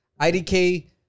IDK